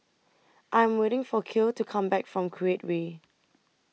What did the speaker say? I'm waiting For Kiel to Come Back from Create Way